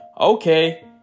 Okay